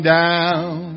down